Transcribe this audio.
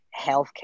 healthcare